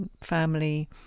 family